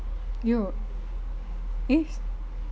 yo eh